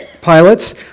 pilots